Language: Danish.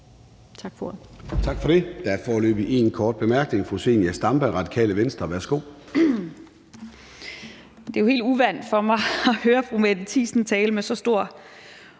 Tak for det. Der er foreløbig en kort bemærkning. Fru Zenia Stampe, Radikale Venstre. Værsgo. Kl. 18:00 Zenia Stampe (RV): Det er jo helt uvant for mig at høre fru Mette Thiesen tale med så stor omsorg